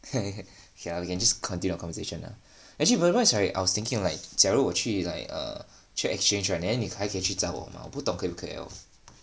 ya we can just continue our conversation ah actually by the way right sorry I was thinking like 假如我去 like err 去 exchange right then 你还可以去找我吗不懂不可以 off